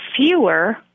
fewer